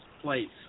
place